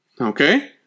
Okay